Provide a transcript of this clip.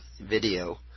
video